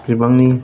बिबांनि